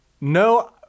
No